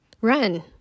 Run